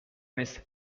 نیست